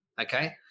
okay